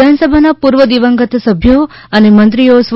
વિધાનસભાના પૂર્વ દિવંગત સભ્યો અને મંત્રીઓ સ્વ